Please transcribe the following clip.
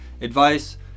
advice